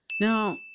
Now